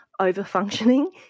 overfunctioning